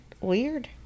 weird